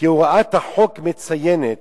שהוראת החוק מציינת